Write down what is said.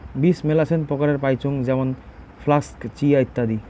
বীজ মেলাছেন প্রকারের পাইচুঙ যেমন ফ্লাক্স, চিয়া, ইত্যাদি